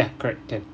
ya correct can